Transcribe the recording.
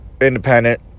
Independent